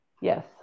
yes